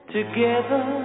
Together